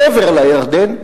מעבר לירדן,